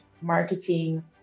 marketing